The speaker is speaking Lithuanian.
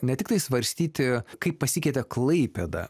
ne tiktai svarstyti kaip pasikeitė klaipėda